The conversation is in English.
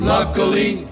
Luckily